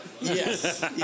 Yes